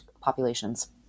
populations